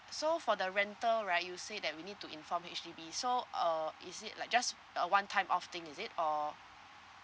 so for the rental right you say that we need to inform H_D_B so uh is it like just a one time off thing is it or